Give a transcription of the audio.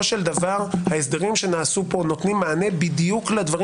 ההסדרים שנעשו פה נותנים מענה לדברים